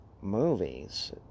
movies